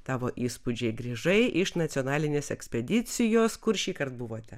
tavo įspūdžiai grįžai iš nacionalinės ekspedicijos kur šįkart buvote